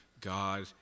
God